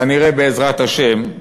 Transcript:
כנראה, בעזרת השם,